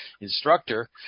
instructor